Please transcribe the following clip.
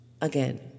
again